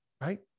right